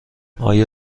آیا